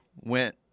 went